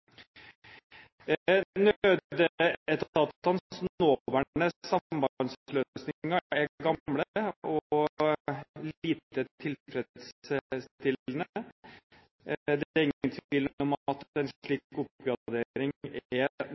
gamle og lite tilfredsstillende. Det er ingen tvil om at en slik oppgradering